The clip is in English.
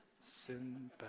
Sinbad